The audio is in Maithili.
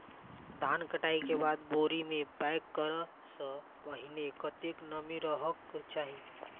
धान कटाई केँ बाद बोरी मे पैक करऽ सँ पहिने कत्ते नमी रहक चाहि?